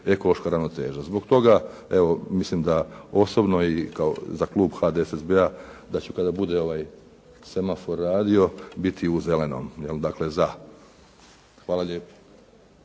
ekološka ravnoteža. Zbog toga evo mislim da osobno i za klub HDSSB-a da ću kada bude semafor radio, biti u zelenom, dakle za. Hvala lijepo.